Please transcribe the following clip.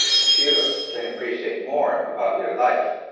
if you can appreciate more about your life,